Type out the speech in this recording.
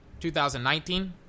2019